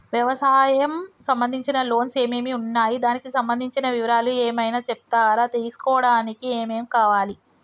వ్యవసాయం సంబంధించిన లోన్స్ ఏమేమి ఉన్నాయి దానికి సంబంధించిన వివరాలు ఏమైనా చెప్తారా తీసుకోవడానికి ఏమేం కావాలి?